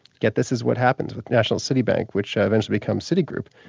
yet this is what happened with national citibank, which eventually becomes citigroup,